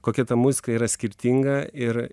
kokia ta muzika yra skirtinga ir